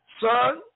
son